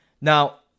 Now